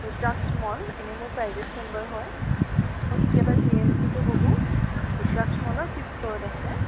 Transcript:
rudraksha mall এনেই মোৰ private chamber হয় মই কেতিয়াবা জি এম চিটো বহোঁ ৰূদ্ৰাক্ষ মলৰ ফিফ্ট ফ্লৰত আছে